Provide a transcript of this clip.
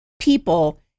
people